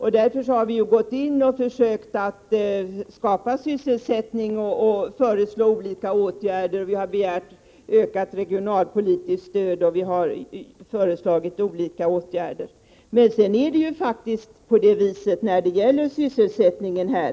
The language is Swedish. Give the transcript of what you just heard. Det är också anledningen till att vi har föreslagit olika åtgärder för att försöka skapa sysselsättning och till att vi har begärt ökat regionalpolitiskt stöd. Men när det gäller sysselsättningen